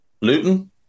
Luton